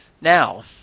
Now